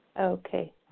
Okay